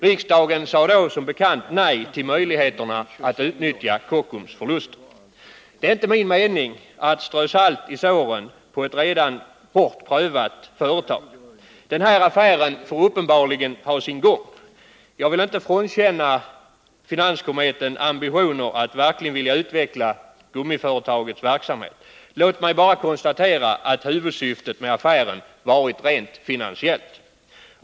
Riksdagen sade då som bekant nej till möjligheterna att utnyttja Kockums förluster. Det är inte min mening att strö salt i såren på ett redan hårt prövat företag. Den här affären får uppenbarligen ha sin gång. Jag vill inte frånkänna finanskometen ambitionerna att verkligen vilja utveckla gummiföretagets verksamhet; låt mig bara konstatera att huvudsyftet med affären har varit rent finansiellt.